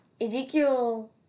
Ezekiel